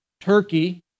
Turkey